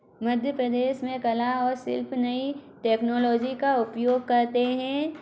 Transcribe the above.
मध्य प्रदेश में कला और शिल्प नई टेक्नोलॉजी का उपयोग करते हैं